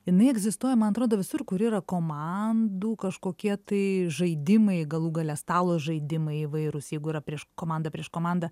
jinai egzistuoja man atrodo visur kur yra komandų kažkokie tai žaidimai galų gale stalo žaidimai įvairūs jeigu yra prieš komanda prieš komandą